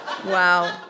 Wow